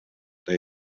day